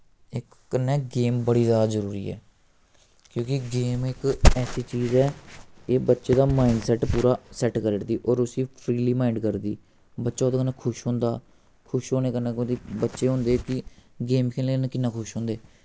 इक कन्नै गेम बड़ी जैदा जरूरी ऐ क्योंकि गेम इक ऐसी चीज ऐ एह् बच्चे दा माइंड सैट्ट पूरा सैट्ट करी ओड़दी और उस्सी फ्रीली माइंड करदी बच्चा ओह्दे कन्नै खुश होंदा खुश होने कन्नै ओह्दी बच्चे होंदे कि गेम खेलने कन्नै किन्ना खुश होंदे